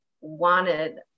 wanted